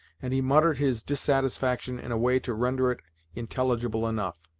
and he muttered his dissatisfaction in a way to render it intelligible enough.